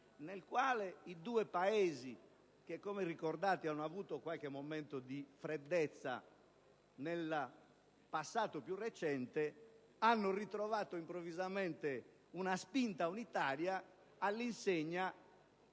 nel quale i due Paesi - che come ricorderete hanno avuto qualche momento di freddezza nel passato più recente - hanno ritrovato improvvisamente una spinta unitaria, all'insegna